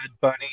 bunny